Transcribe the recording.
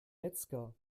metzger